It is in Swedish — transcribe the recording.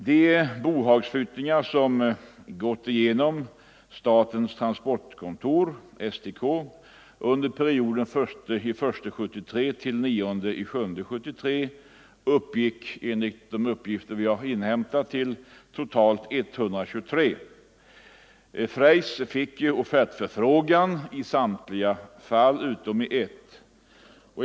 De bohagsflyttningar som gått genom statens transportkontor, STK, under perioden den 1 januari till den 9 juli 1973 uppgick enligt de uppgifter jag har inhämtat till totalt 123. Freys fick offertförfrågan i samtliga fall utom ett.